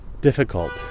difficult